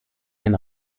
ein